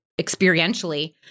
experientially